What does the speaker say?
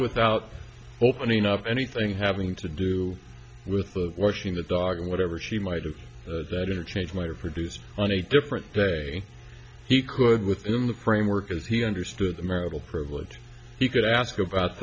without opening up anything having to do with washing the dog and whatever she might of that interchange might produce on a different day he could within the framework as he understood the marital privilege he could ask about